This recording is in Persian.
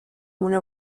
مونه